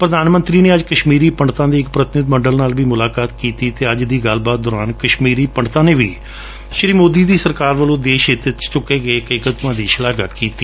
ਪ੍ਧਾਨ ਮੰਤਰੀ ਨੇ ਅੱਜ ਕਸ਼ਮੀਰੀ ਪੰਡਤਾਂ ਦੇ ਇੱਕ ਪ੍ਤੀਨਿਧੀ ਮੰਡਲ ਨਾਲ ਵੀ ਮੁਲਾਕਾਤ ਕੀਤੀ ਅਤੇ ਅੱਜ ਦੀ ਗੱਲਬਾਤ ਦੌਰਾਨ ਕਸ਼ਮੀਰੀ ਪੰਡਤਾਂ ਨੇ ਵੀ ਸ਼੍ਰੀ ਮੋਦੀ ਦੀ ਸਰਕਾਰ ਵੱਲੋਂ ਦੇਸ਼ ਹਿੱਤ ਵਿੱਚ ਚੁੱਕੇ ਗਏ ਕਦਮਾਂ ਦੀ ਸ਼ਲਾਘਾ ਕੀਤੀ